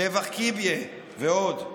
טבח קיביה ועוד.